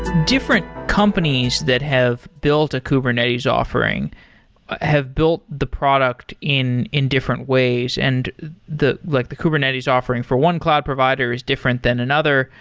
different companies that have built a kubernetes offering have built the product in in different ways, and like the kubernetes offering for one cloud provider is different than another.